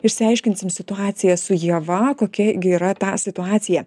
išsiaiškinsim situaciją su ieva kokia gi yra ta situacija